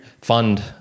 fund